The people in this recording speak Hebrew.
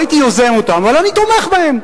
לא הייתי יוזם אותם, אבל אני תומך בהם,